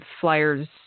Flyers